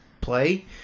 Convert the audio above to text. play